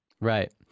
right